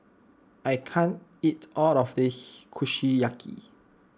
I can't eat all of this Kushiyaki